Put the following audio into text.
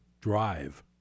drive